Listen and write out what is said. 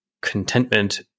contentment